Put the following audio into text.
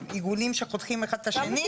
כיוונים שחותכים אחד את השני,